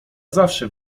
zawsze